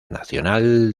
nacional